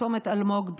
צומת אלמוג,